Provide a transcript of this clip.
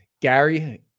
Gary